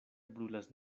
brulas